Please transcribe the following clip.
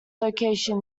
location